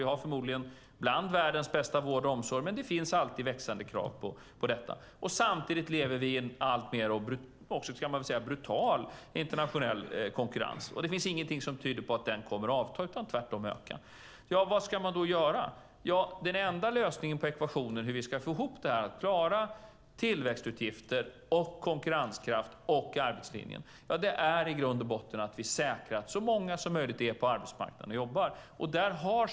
Vi har förmodligen bland världens bästa omsorg, men det finns alltid växande krav på en ännu bättre omsorg. Samtidigt lever vi i en alltmer brutal internationell konkurrens, och det finns ingenting som tyder på att den kommer att avta, tvärtom. Vad ska man då göra? Den enda lösningen på ekvationen att klara tillväxtutgifter, konkurrenskraft och arbetslinjen är att så många som möjligt är på arbetsmarknaden och jobbar.